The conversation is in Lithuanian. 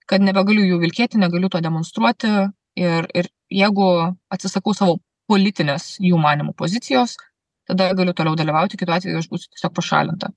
kad nebegaliu jų vilkėti negaliu to demonstruoti ir ir jeigu atsisakau savo politinės jų manymu pozicijos tada galiu toliau dalyvauti kitu atveju aš būsiu tiesiog pašalinta